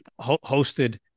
hosted